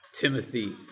Timothy